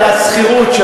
על השכירות,